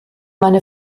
meine